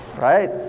right